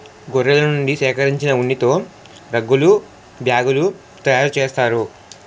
గొర్రెల నుండి సేకరించిన ఉన్నితో రగ్గులు బ్యాగులు తయారు చేస్తారు